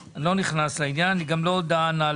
הזה.